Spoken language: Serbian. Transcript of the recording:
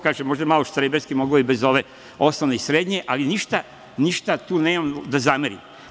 Kažem, možda je malo štreberski, moglo je bez ove osnovne i srednje, ali ništa tu nemam da zamerim.